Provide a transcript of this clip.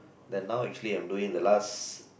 then now actually I'm doing the last